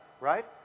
right